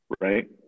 right